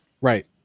right